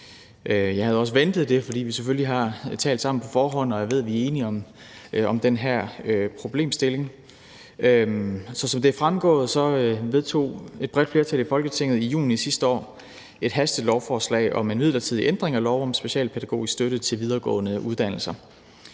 Jeg havde også ventet det, fordi vi selvfølgelig har talt sammen på forhånd og jeg ved, at vi er enige om den her problemstilling. Som det er fremgået, vedtog et bredt flertal i Folketinget i juni sidste år et hastelovforslag om en midlertidig ændring af lov om specialpædagogisk støtte ved videregående uddannelser.